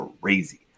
crazy